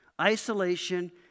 isolation